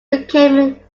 became